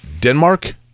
Denmark